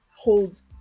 holds